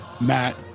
Matt